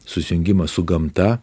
susijungimą su gamta